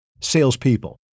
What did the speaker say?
salespeople